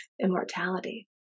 immortality